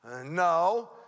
No